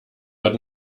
wird